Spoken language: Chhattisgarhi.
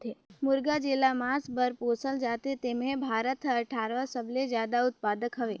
मुरगा जेला मांस बर पोसल जाथे तेम्हे भारत हर अठारहवां सबले जादा उत्पादक हवे